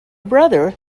brother